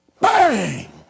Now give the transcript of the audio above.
BANG